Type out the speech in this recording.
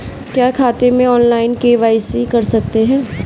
क्या खाते में ऑनलाइन के.वाई.सी कर सकते हैं?